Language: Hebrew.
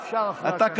אתה,